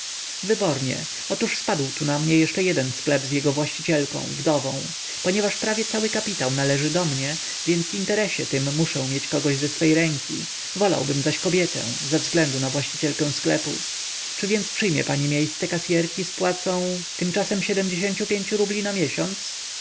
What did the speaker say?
wybornie otóż spadł tu na mnie jeszcze jeden sklep z jego właścicielką wdową ponieważ prawie cały kapitał należy do mnie więc w interesie tym muszę mieć kogoś ze swej ręki wolałbym zaś kobietę ze względu na właścicielkę sklepu czy więc przyjmie pani miejsce kasyerki z płacą tymczasem ciu rubli na miesiąc